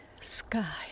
sky